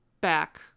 back